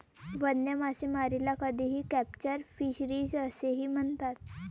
वन्य मासेमारीला कधीकधी कॅप्चर फिशरीज असेही म्हणतात